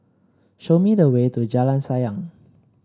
show me the way to Jalan Sayang